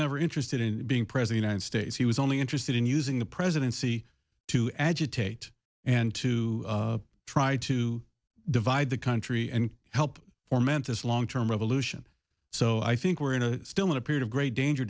never interested in being president ited states he was only interested in using the presidency to agitate and to try to divide the country and help or meant as a long term revolution so i think we're in a still in a period of great danger